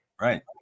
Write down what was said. right